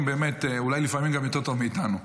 באמת אולי לפעמים גם יותר טוב מאיתנו.